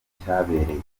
cyabereye